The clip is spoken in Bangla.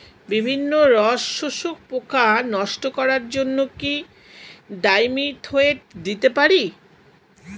বিভিন্ন রস শোষক পোকা নষ্ট করার জন্য কি ডাইমিথোয়েট দিতে পারি?